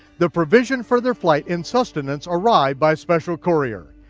the provision for their flight, and sustenance, arrived by special courier.